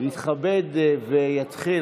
יתכבד ויתחיל,